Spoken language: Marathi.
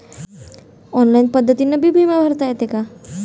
ऑनलाईन पद्धतीनं बी बिमा भरता येते का?